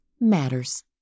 matters